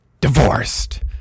divorced